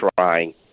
trying